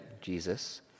Jesus